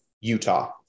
Utah